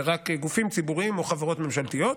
זה רק גופים ציבוריים או חברות ממשלתיות,